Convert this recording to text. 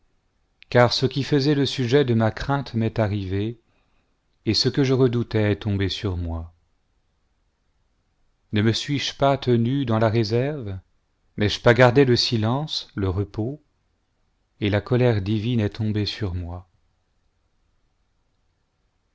car ce qui faisait le sujet de ma crainte m'est arrivé et ce que je redoutais est tombé sur moi ne me suis-je pas tenu dans la réserve n'ai-je pas gardé le silence le repos et la colère divine est tombée sur moi